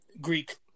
Greek